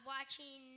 Watching